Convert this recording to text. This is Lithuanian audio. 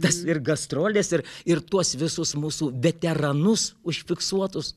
tas ir gastroles ir ir tuos visus mūsų veteranus užfiksuotus